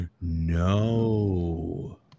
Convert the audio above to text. No